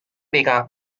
viga